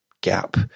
gap